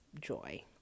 joy